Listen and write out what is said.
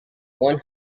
one